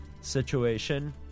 situation